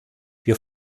wir